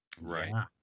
Right